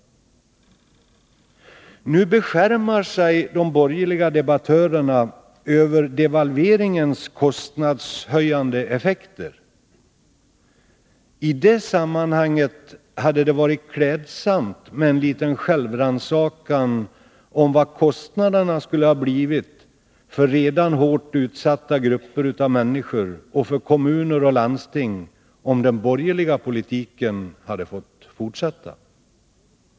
Nu beskärmar sig de borgerliga debattörerna över devalveringens kostnadshöjande effekter. I det sammanhanget hade det varit klädsamt med en liten självrannsakan om vad kostnaderna skulle ha blivit för redan hårt utsatta grupper av människor och för kommuner och landsting, om den borgerliga politiken fått fortsätta.